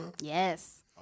Yes